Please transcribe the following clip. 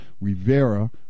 Rivera